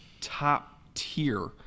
top-tier